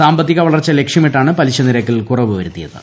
സാമ്പത്തിക വളർച്ച ലക്ഷ്യമിട്ടാണ് പലിശ നിരക്കിൽ കുറവ് വരുത്തിയത്